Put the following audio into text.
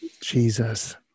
Jesus